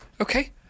Okay